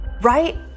Right